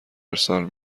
ارسال